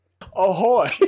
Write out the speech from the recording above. Ahoy